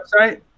website